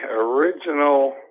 original